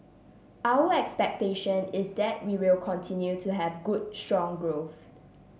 our expectation is that we will continue to have good strong growth